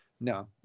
No